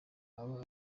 aba